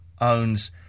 owns